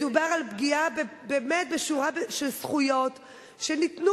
מדובר על פגיעה באמת בשורה של זכויות שנתנו